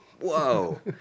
whoa